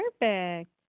Perfect